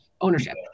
ownership